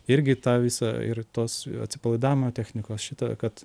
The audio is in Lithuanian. irgi tą visą ir tos atsipalaidavimo technikos šito kad